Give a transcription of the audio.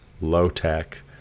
low-tech